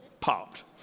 popped